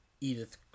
Edith